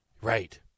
Right